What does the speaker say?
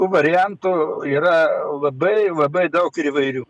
tų variantų yra labai labai daug ir įvairių